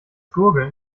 gurgeln